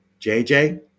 JJ